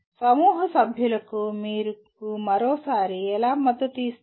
సమూహ సభ్యులకు మీరు మరోసారి ఎలా మద్దతు ఇస్తారు